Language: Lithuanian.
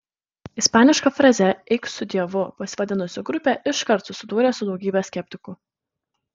ispaniška fraze eik su dievu pasivadinusi grupė iškart susidūrė su daugybe skeptikų